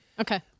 Okay